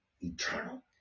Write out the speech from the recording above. eternal